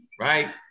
right